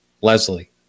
Leslie